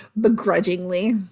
Begrudgingly